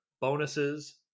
bonuses